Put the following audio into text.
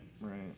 right